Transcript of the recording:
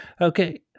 Okay